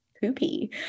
poopy